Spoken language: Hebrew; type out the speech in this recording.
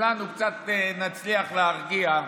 שכולנו נצליח קצת להרגיע,